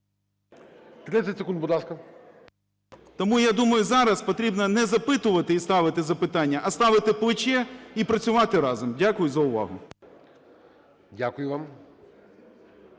Тому, я думаю, зараз потрібно не запитувати і ставити запитання, а ставити плече і працювати разом. Дякую за увагу. ГОЛОВУЮЧИЙ.